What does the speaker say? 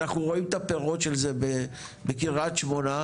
אנחנו רואים את הפירות של זה בקריי שמונה,